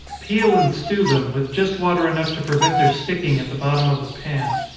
peel and stew them, with just water enough to prevent their sticking at the bottom of the pan.